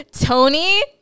Tony